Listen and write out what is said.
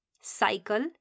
cycle